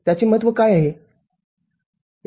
त्याचे महत्त्व काय आहे